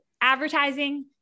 Advertising